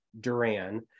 Duran